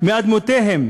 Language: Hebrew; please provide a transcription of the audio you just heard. מאדמותיהם